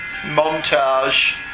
montage